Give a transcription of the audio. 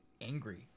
angry